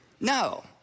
No